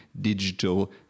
digital